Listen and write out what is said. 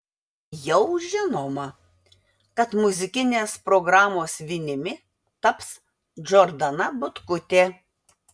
jau žinoma kad muzikinės programos vinimi taps džordana butkutė